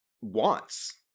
wants